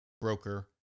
broker